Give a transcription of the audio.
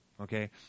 Okay